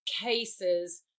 cases